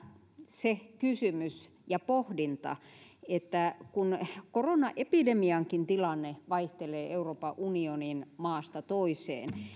se kysymys ja pohdinta että kun koronaepidemiankin tilanne vaihtelee euroopan unionin maasta toiseen